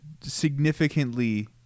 significantly